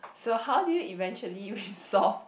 so how do you eventually resolve